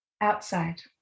Outside